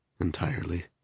entirely